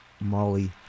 Molly